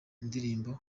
indirimbo